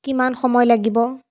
কিমান সময় লাগিব